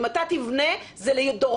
אם אתה תבנה, זה לדורות.